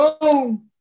boom